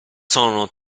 sono